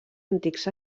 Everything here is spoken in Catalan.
antics